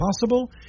possible